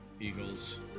Eagles